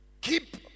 keep